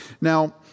Now